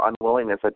unwillingness